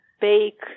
bake